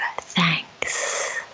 thanks